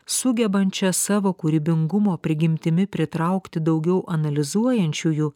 sugebančią savo kūrybingumo prigimtimi pritraukti daugiau analizuojančiųjų